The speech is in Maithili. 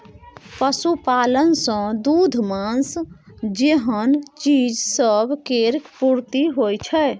पशुपालन सँ दूध, माँस जेहन चीज सब केर पूर्ति होइ छै